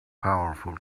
powerful